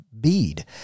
bead